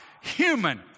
human